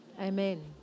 amen